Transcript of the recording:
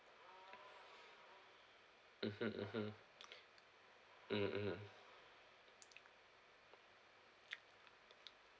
mmhmm mmhmm mmhmm mmhmm